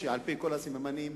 על-פי כל הסימנים,